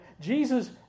Jesus